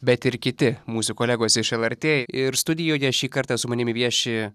bet ir kiti mūsų kolegos iš lrt ir studijoje šį kartą su manimi vieši